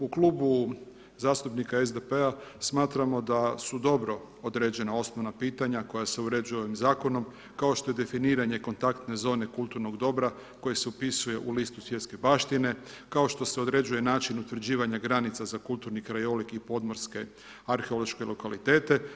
U klubu zastupnika SDP-a smatramo da su dobro određena osnovna pitanja koja se uređuju ovim zakonom, kao što je definiranje kontaktne zone kulturnog dobra, koja se upisuje u listu svjetske baštine, kao što se određuje način utvrđivanja granica, za kulturni krajolik i podmorske arheološke lokalitete.